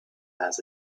has